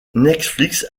netflix